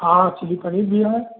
हाँ चिली पनीर भी है